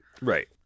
Right